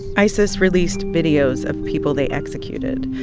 isis released videos of people they executed,